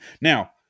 now